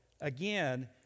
again